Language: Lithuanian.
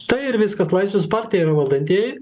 tai ir viskas laisvės partija yra valdantieji